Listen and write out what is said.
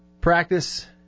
practice